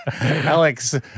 Alex